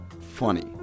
funny